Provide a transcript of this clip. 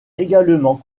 également